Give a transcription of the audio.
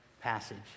passage